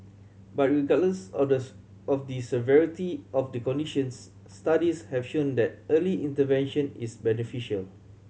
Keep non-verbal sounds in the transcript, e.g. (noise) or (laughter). but regardless of the (unintelligible) of the severity of the conditions studies have shown that early intervention is beneficial